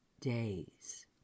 days